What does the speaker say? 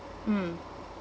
mmhmm